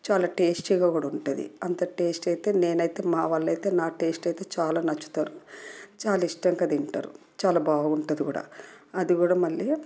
చాలా టేస్టీగా కూడా ఉంటుంది అంత టేస్ట్ అయితే నేనైతే మా వాళ్ళు అయితే నా టేస్ట్ అయితే చాలా నచ్చుతారు చాలా ఇష్టంగా తింటారు చాలా బాగుంటుంది కూడా అది కూడా మళ్ళీ